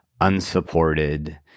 unsupported